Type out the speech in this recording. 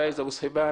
פאיז אבו סהיבאן,